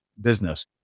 business